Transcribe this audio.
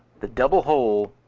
the double hole,